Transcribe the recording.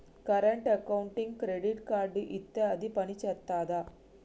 Current అకౌంట్కి credit card ఇత్తే అది పని చేత్తదా?